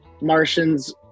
Martians